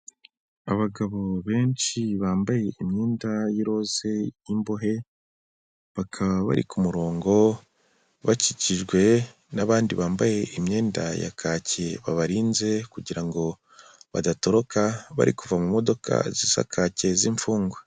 Abagabo benshi bambaye imyenda y'iroze y imbohe, bakaba bari ku murongo bakikijwe n'abandi bambaye imyenda ya kaki babarinze, kugira ngo badatoroka, bari kuva mu modoka zisa kake z'imfungwa.